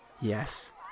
Yes